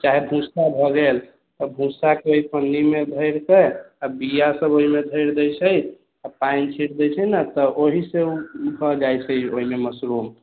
चाहे भूसा भए गेल तऽ भूसाके पन्नीमे भरिके आ बिआ सब ओहिमे भरि दैत छै आ पानि छिट दै छै ने तऽ ओहिसँ ओ भए जाइत छै ओहिमे मशरूम